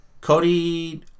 Cody